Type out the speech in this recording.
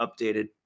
updated